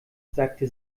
sagte